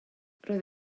roedd